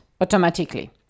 automatically